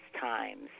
times